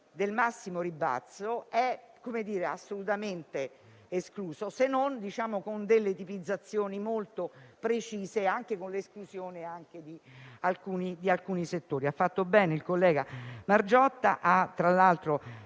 del massimo ribasso è assolutamente escluso se non con delle tipizzazioni molto precise, con l'esclusione di alcuni settori. Ha fatto bene il collega Margiotta a dare